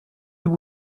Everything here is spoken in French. deux